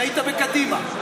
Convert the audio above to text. שהיית בקדימה,